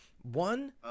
One